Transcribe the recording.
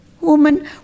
Woman